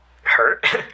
hurt